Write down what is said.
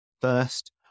first